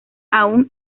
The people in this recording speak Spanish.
aún